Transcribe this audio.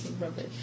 rubbish